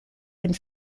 and